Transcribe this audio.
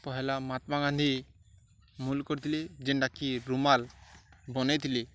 ପହେଲା ମହାତ୍ମା ଗାନ୍ଧୀ ମୂଲ କରିଥିଲି ଯେନ୍ଟାକି ରୁମାଲ ବନେଇଥିଲି